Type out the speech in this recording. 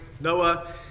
Noah